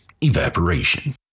evaporation